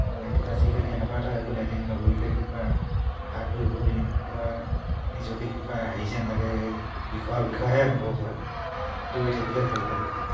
আৰু আজিকালি এনেকুৱা এটা হৈ গ'লে এদিন নদৌৰিলে কিবা হাত ভৰিবোৰ নি কিবা নিজকে কিবা হেৰি যেন লাগে বিষয় বিষয়াহে অনুভৱ হয় দৌৰি থাকিলে ভাল লাগে